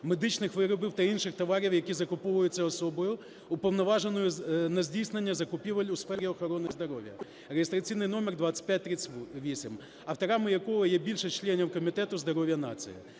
медичних виробів та інших товарів, які закуповуються Особою, уповноваженою на здійснення закупівель у сфері охорони здоров'я (реєстраційний номер 2538), авторами якого є більше членів Комітету здоров'я нації.